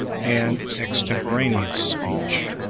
and extemporaneous speech.